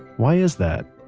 why is that?